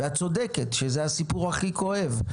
את צודקת שזה הסיפור הכי כואב,